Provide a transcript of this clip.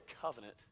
covenant